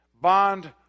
bond